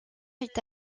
est